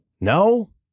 No